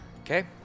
Okay